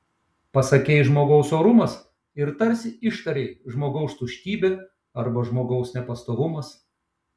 pasakei žmogaus orumas ir tarsi ištarei žmogaus tuštybė arba žmogaus nepastovumas